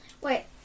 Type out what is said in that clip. Wait